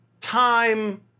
time